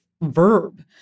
verb